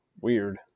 weird